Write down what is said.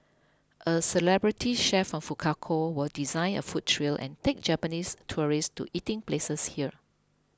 a celebrity chef from Fukuoka will design a food trail and take Japanese tourists to eating places here